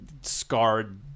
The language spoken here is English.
scarred